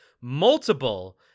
multiple